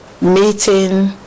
meeting